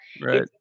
right